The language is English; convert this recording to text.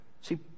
See